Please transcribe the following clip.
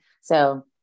So-